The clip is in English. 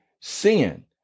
sin